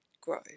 grow